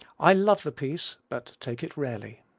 i love the piece, but take it rarely